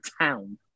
town